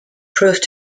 proved